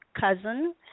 cousin